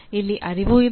ಇಲ್ಲಿ ಅರಿವು ಇದೆ